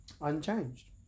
unchanged